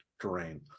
Terrain